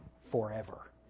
forever